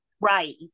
Right